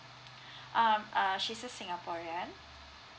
um uh she's a singaporean